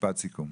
משפט סיכום.